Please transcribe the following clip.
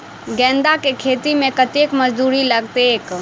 गेंदा केँ खेती मे कतेक मजदूरी लगतैक?